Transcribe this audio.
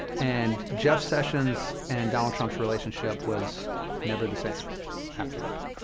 and jeff sessions and donald trump's relationship was never the same after that.